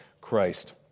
Christ